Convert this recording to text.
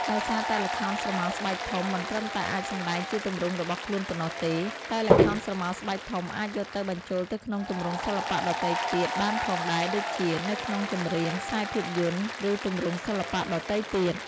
ដោយសារតែល្ខោនស្រមោលស្បែកធំមិនត្រឹមតែអាចសម្ដែងជាទម្រង់របស់ខ្នួនប៉ុណ្ណោះទេ តែល្ខោនស្រមោលស្បែកធំអាចយកទៅបញ្ជូលទៅក្នុងទម្រង់សិល្បៈដទៃទៀតបានផងដែរដូចជា នៅក្នុងចម្រៀង ខ្សែរភាពយន្ដ ឬទម្រង់សិល្បៈដទៃទៀត។